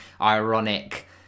ironic